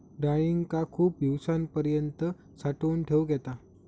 डाळींका खूप दिवसांपर्यंत साठवून ठेवक येता